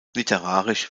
literarisch